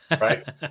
Right